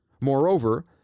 Moreover